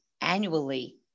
annually